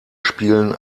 spielen